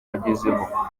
agezeho